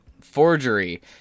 forgery